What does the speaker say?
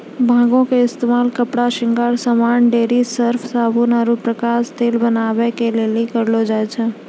भांगो के इस्तेमाल कपड़ा, श्रृंगार समान, डोरी, सर्फ, साबुन आरु प्रकाश तेल बनाबै के लेली करलो जाय छै